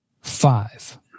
Five